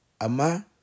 Ama